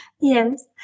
Yes